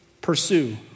pursue